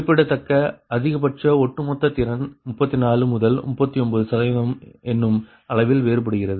குறிப்பிடத்தக்க அதிகபட்ச ஒட்டுமொத்த திறன் 34 முதல் 39 சதவிகிதம் என்னும் அளவில் வேறுபடுகிறது